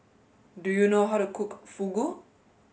do you know how to cook Fugu